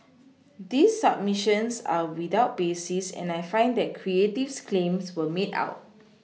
these subMissions are without basis and I find that Creative's claims were made out